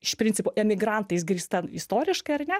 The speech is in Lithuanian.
iš principo emigrantais grįsta istoriškai ar ne